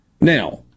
Now